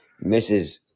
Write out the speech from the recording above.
Mrs